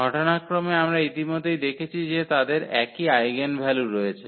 ঘটনাক্রমে আমরা ইতিমধ্যেই দেখেছি যে তাদের একই আইগেনভ্যালু রয়েছে